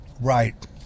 Right